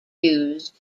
used